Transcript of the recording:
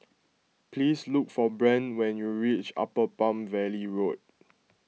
please look for Brandt when you reach Upper Palm Valley Road